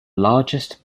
largest